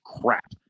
crap